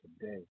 today